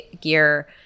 gear